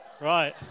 Right